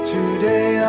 Today